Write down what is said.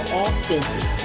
authentic